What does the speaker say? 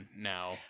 now